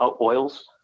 oils